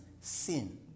sin